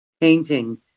painting